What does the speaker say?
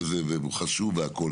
חשוב והכל.